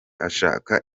ashaka